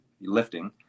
lifting